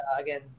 again